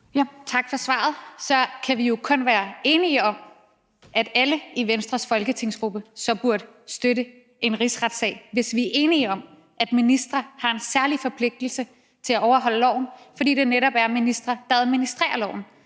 Tak for svaret. Så kan vi jo kun være enige om, at alle i Venstres folketingsgruppe burde støtte en rigsretssag – hvis vi er enige om, at ministre har en særlig forpligtelse til at overholde loven, fordi det netop er ministre, der administrerer loven.